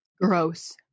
gross